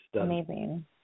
amazing